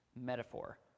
metaphor